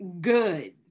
good